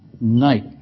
Night